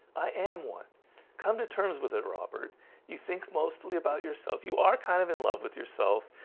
i am one come to terms with it robert you think mostly about yourself you are kind of in love with yourself.